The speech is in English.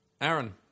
Aaron